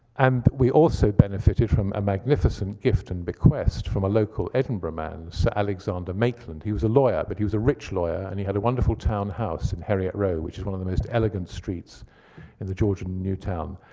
we also benefitted from a magnificent gift and bequest from a local edinburgh man, sir alexander maitland. he was a lawyer, but he was a rich lawyer, and he had a wonderful townhouse in harriet row, which is one of the most elegant streets in the georgian new town.